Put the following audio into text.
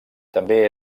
també